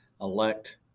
elect